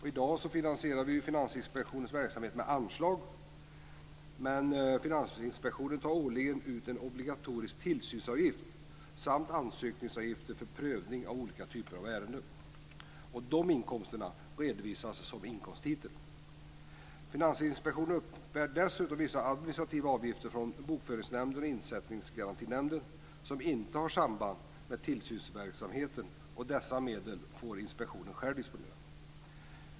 I dag finansieras Finansinspektionens verksamhet med anslag, men inspektionen tar årligen ut en obligatorisk tillsynsavgift samt ansökningsavgifter för prövning av olika typer av ärenden. Dessa inkomster redovisas mot en inkomsttitel. Finansinspektionen uppbär dessutom vissa administrativa avgifter från Bokföringsnämnden och Insättningsgarantinämnden som inte har samband med tillsynsverksamheten. Dessa medel får inspektionen sjäv disponera.